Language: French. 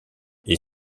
est